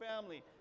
family